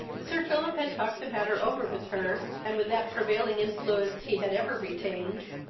sir philip had talked the matter over with her, and, with that prevailing influence he had ever retained,